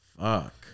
Fuck